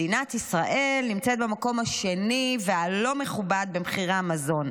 מדינת ישראל נמצאת במקום השני והלא מכובד במחירי המזון.